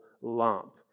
lump